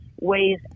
ways